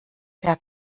per